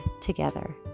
together